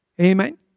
Amen